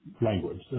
language